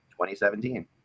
2017